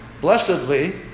blessedly